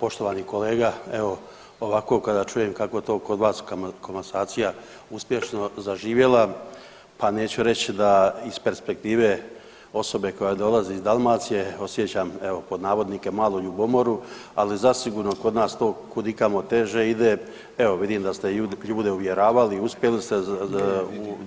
Poštovani kolega, evo ovako kada čujem kako je to kod vas komasacija uspješno zaživjela pa neću reći da iz perspektive osobe koja dolazi iz Dalmacije osjećam evo pod navodnike malo ljubomoru, ali zasigurno kod nas to kud i kamo teže ide, evo vidim da ste ljude uvjeravali, uspjeli ste